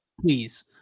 please